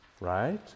right